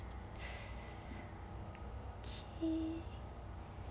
okay